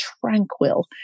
tranquil